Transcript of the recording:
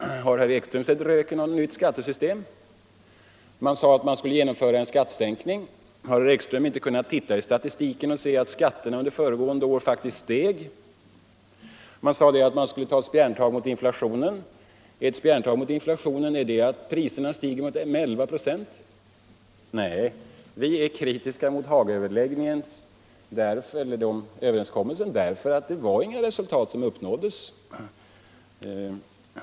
Har herr Ekström sett röken av ett nytt skattesystem? Man sade att man skulle genomföra en skattesänkning. Har herr Ekström inte kunnat se i statistiken att skatterna under föregående år faktiskt steg? Man sade att man skulle ta spjärntag mot inflationen. Att priserna stiger med 11 96, är det ett spjärntag mot inflationen? Nej, vi är kritiska mot Hagaöverenskommelsen därför att det inte var några resultat som uppnåddes.